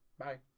Bye